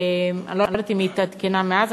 ואני לא יודעת אם היא התעדכנה מאז.